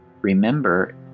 remember